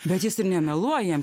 bet jis ir nemeluoja